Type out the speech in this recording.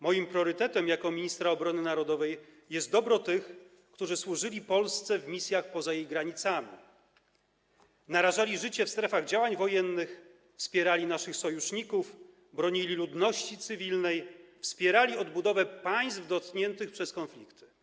Moim priorytetem jako ministra obrony narodowej jest dobro tych, którzy służyli Polsce w misjach poza jej granicami, narażali życie w strefach działań wojennych, wspierali naszych sojuszników, bronili ludności cywilnej, wspierali odbudowę państw dotkniętych przez konflikty.